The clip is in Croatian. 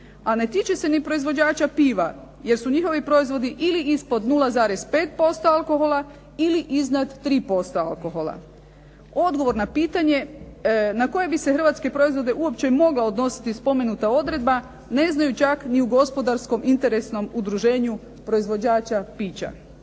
a ne tiče se ni proizvođača piva, jer su njihovi proizvodi ili ispod 0,5% alkohola ili iznad 3% alkohola. Odgovor na pitanje na koje bi se hrvatske proizvode uopće i mogla odnositi spomenuta odredba ne znaju čak ni u gospodarskom interesnom udruženju proizvođača pića.